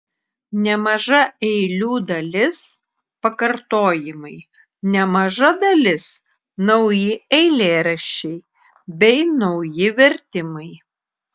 nemaža eilių dalis pakartojimai nemaža dalis nauji eilėraščiai bei nauji vertimai